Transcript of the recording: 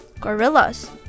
Gorillas